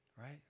Right